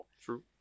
true